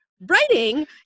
writing